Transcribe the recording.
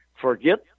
Forget